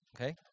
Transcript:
Okay